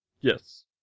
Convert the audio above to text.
Yes